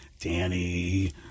Danny